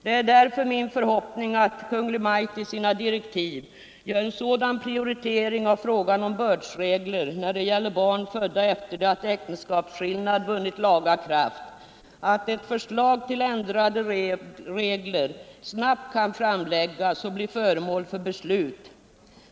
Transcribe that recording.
Det är därför min förhoppning att Kungl. Maj:t i sina direktiv gör en sådan prioritering av frågan om bördsregler när det gäller barn födda efter det att äktenskapsskillnaden vunnit laga kraft att ett förslag till ändrade regler snabbt kan framläggas och bli föremål för beslut.